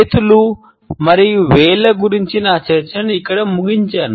చేతులు మరియు వేళ్ళ గురించి నా చర్చను ఇక్కడ ముగించాను